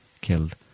killed